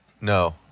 No